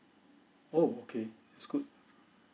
oh okay that's good